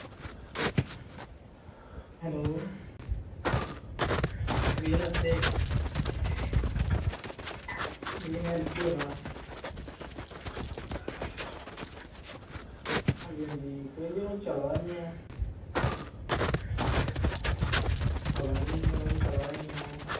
hello भाइया नमस्ते भाइया में रिकी बोला ना हां जी हां जी भाइया ओह् चला दा निं ऐ पता निं मतलब कि चला दा गै निं ऐ ओह्